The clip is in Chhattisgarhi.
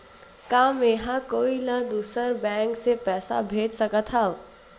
का मेंहा कोई ला दूसर बैंक से पैसा भेज सकथव?